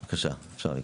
בבקשה, אפשר לקרוא.